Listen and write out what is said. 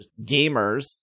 gamers